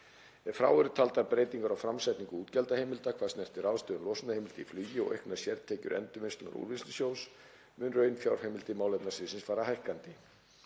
Ef frá eru taldar breytingar á framsetningu útgjaldaheimilda hvað snertir ráðstöfun losunarheimilda í flugi og auknar sértekjur Endurvinnslunnar og Úrvinnslusjóðs munu raunfjárheimildir málefnasviðsins fara hækkandi.